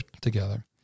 together